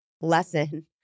lesson